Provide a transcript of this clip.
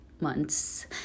months